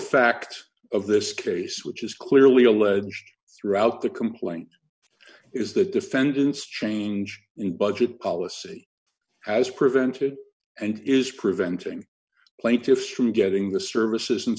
fact of this case which is clearly alleged throughout the complaint is the defendant's change in budget policy has prevented and is preventing plaintiffs from getting the services and